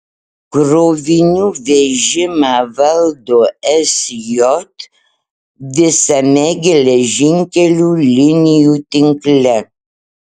krovinių vežimą valdo sj visame geležinkelių linijų tinkle